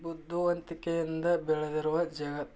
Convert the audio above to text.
ಬುದ್ಧಿವಂತಿಕೆಯಿಂದ ಬೆಳೆದಿರುವ ಜಗತ್ತು